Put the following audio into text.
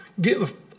give